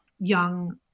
young